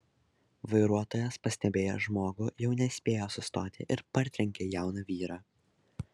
vairuotojas pastebėjęs žmogų jau nespėjo sustoti ir partrenkė jauną vyrą